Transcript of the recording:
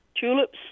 Tulips